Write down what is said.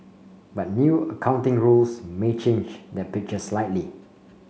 but new accounting rules may change that picture slightly